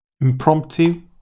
Impromptu